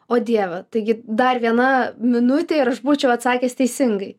o dieve taigi dar viena minutė ir aš būčiau atsakęs teisingai